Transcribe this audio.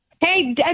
Hey